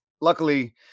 luckily –